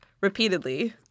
repeatedly